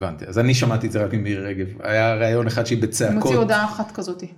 הבנתי, אז אני שמעתי את זה רק עם מירי רגב, היה רעיון אחד שהיא בצעקות. מוציא הודעה אחת כזאתי.